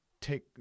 take